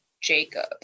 jacob